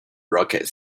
rocket